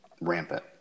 rampant